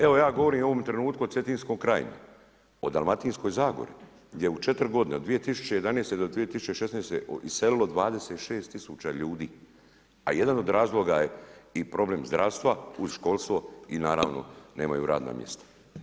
Evo ja govorim u ovom trenutku o Cetinskoj krajini, o Dalmatinskoj zagori, gdje u četiri godine od 2011-2016. iselilo 26.000 tisuća ljudi a jedan od razloga je i problem zdravstva, uz školstvo i naravno nemaju radna mjesta.